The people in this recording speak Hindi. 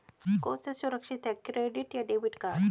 कौन सा सुरक्षित है क्रेडिट या डेबिट कार्ड?